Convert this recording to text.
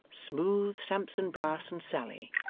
smooth sampson brass and sally,